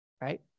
right